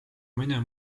mõne